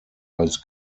als